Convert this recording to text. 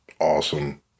awesome